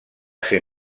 ser